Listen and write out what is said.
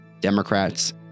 Democrats